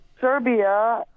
serbia